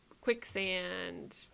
Quicksand